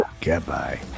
Goodbye